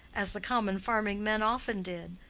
as the common farming men often did,